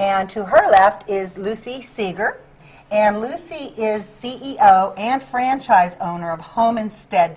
and to her left is lucy seeger and lucy is c e o and franchise owner of home instead